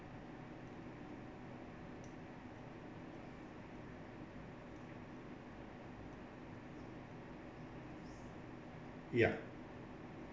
yup